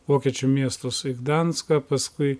vokiečių miestus į gdanską paskui